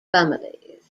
families